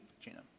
Gina